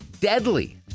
Deadly